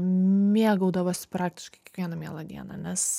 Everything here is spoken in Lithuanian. mėgaudavosi praktiškai kiekvieną mielą dieną nes